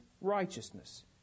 Righteousness